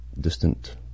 distant